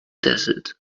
desert